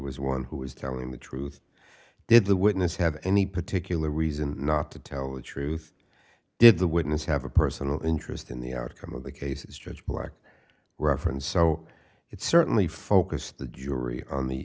was one who was telling the truth did the witness have any particular reason not to tell the truth did the witness have a personal interest in the outcome of the cases judge mark referenced so it's certainly focused the jury on the